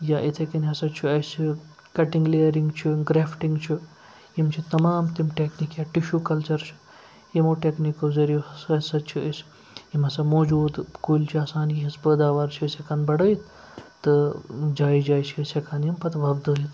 یا یِتھَے کَنۍ ہَسا چھُ اَسہِ کَٹِنٛگ لِیَرِنٛگ چھُ گرٛٮ۪فٹِنٛگ چھُ یِم چھِ تمام تِم ٹٮ۪کنیٖک یا ٹِشوٗ کَلچَر چھُ یِمو ٹٮ۪کنیٖکو ضٔریو ہَسا چھِ أسۍ یِم ہَسا موجوٗد کُلۍ چھِ آسان یِہٕنٛز پٲداوار چھِ أسۍ ہٮ۪کان بَڑٲوِتھ تہٕ جایہِ جایہِ چھِ أسۍ ہٮ۪کان یِم پَتہٕ وۄپدٲوِتھ